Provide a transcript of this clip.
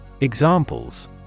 Examples